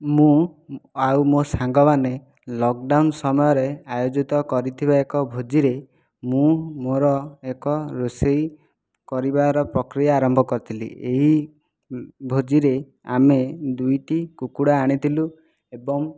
ମୁଁ ଆଉ ମୋ' ସାଙ୍ଗମାନେ ଲକଡାଉନ୍ ସମୟରେ ଆୟୋଜିତ କରିଥିବା ଏକ ଭୋଜିରେ ମୁଁ ମୋର ଏକ ରୋଷେଇ କରିବାର ପ୍ରକ୍ରିୟା ଆରମ୍ଭ କରିଥିଲି ଏହି ଭୋଜିରେ ଆମେ ଦୁଇଟି କୁକୁଡ଼ା ଆଣିଥିଲୁ ଏବଂ